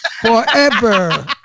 Forever